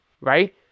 right